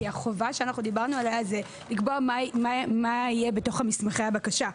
כי החובה שאנחנו דיברנו עליה היא לקבוע מה יהיה בתוך מסמכי הבקשה.